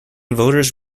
voters